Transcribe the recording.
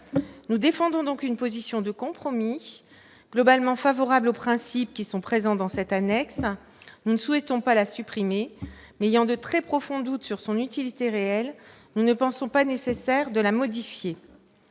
Nous défendons donc une position de compromis : globalement favorables aux principes qui figurent dans cette annexe, nous ne souhaitons pas la supprimer, mais, ayant de très profonds doutes sur son utilité réelle, nous ne pensons pas nécessaire de la modifier.